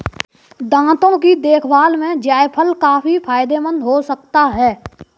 दांतों की देखभाल में जायफल काफी फायदेमंद हो सकता है